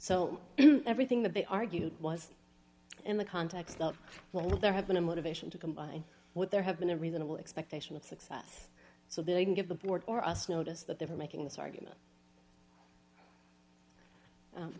so everything that they argued was in the context of well there have been a motivation to combine would there have been a reasonable expectation of success so that i can give the board or us notice that they were making this argument